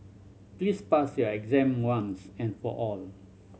please pass your exam once and for all